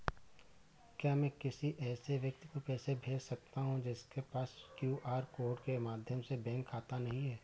क्या मैं किसी ऐसे व्यक्ति को पैसे भेज सकता हूँ जिसके पास क्यू.आर कोड के माध्यम से बैंक खाता नहीं है?